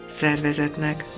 szervezetnek